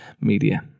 media